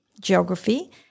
geography